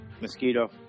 Mosquito